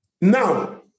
Now